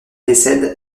décède